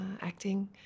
acting